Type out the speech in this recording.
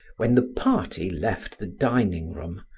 when the party left the dining-room,